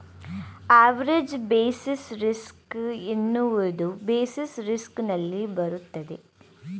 average basis risk ಎನ್ನುವುದು basis risk ನಲ್ಲಿ ಬರುತ್ತದೆ